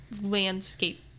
landscape